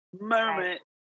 moment